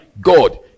God